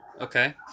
Okay